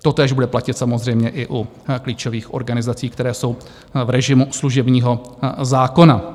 Totéž bude platit samozřejmě i u klíčových organizací, které jsou v režimu služebního zákona.